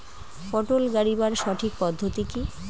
পটল গারিবার সঠিক পদ্ধতি কি?